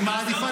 עזוב.